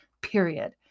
period